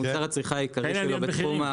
מוצר הצריכה העיקרי שלו בתחום הבשר זה עוף.